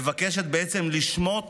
מבקשת בעצם לשמוט